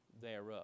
thereof